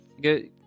Good